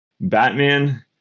batman